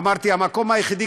ואמרתי שהמקום היחיד,